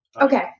Okay